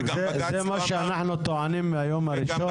שאנחנו טוענים מהיום הראשון.